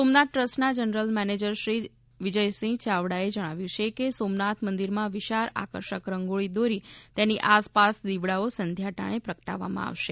સોમનાથ ટ્રસ્ટના general manager Shri Vijaysinh ચાવડાએ જણાવ્યું છે કે સોમનાથ મંદિરમાં વિશાળ આકર્ષક રંગોળીની દોરી તેની આસપાસ દીવડાઓ સંધ્યા ટાણે પ્રગટાવવામાં આવશે